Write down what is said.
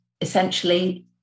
essentially